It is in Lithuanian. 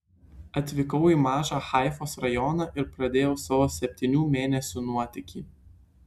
atvykau į mažą haifos rajoną ir pradėjau savo septynių mėnesių nuotykį